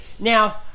Now